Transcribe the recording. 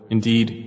Indeed